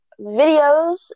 videos